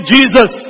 Jesus